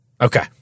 okay